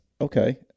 Okay